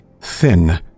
thin